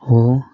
हो